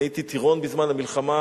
אני הייתי טירון בזמן המלחמה,